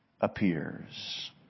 appears